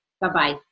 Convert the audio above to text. Bye-bye